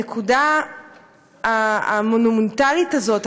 הנקודה המונומנטלית הזאת,